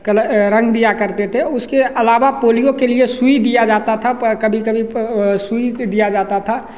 colour रंग दिया करते थे उसके अलावा पोलियो के लिए सुई दिया जाता था प कभी कभी प सुई दिया जाता था